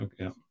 okay